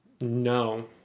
No